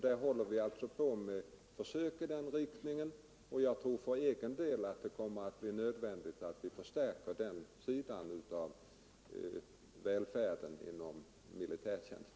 Vi har alltså försök Torsdagen den i den riktningen, och jag tror för egen del att det blir nödvändigt att Jå november 1974 vi förstärker den sidan av välfärden inom militärtjänsten.